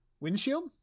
Windshield